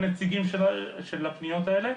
נציגים של הפניות האלה,